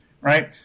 right